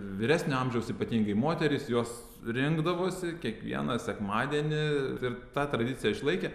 vyresnio amžiaus ypatingai moterys jos rinkdavosi kiekvieną sekmadienį ir tą tradiciją išlaikė